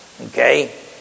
Okay